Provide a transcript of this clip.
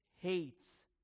Hates